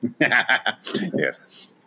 yes